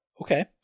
Okay